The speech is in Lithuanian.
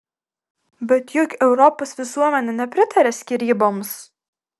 bet juk europos visuomenė nepritaria skyryboms